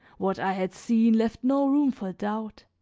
what i had seen left no room for doubt,